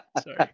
Sorry